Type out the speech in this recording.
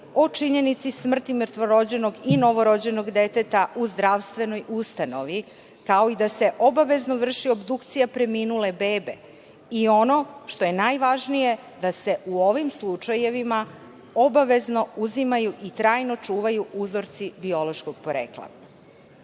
o činjenici smrti mrtvorođenog i novorođenog deteta u zdravstvenoj ustanovi, kao i da se obavezno vrši obdukcija preminule bebe i ono što je najvažnije da se u ovim slučajevima obavezno uzimaju i trajno čuvaju uzorci biološkog porekla. Na